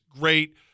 great